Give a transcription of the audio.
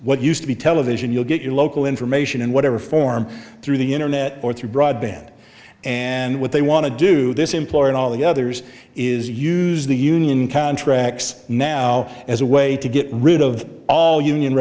what used to be television you'll get your local information in whatever form through the internet or through broadband and what they want to do this implore and all the others is use the union contracts now as a way to get rid of all union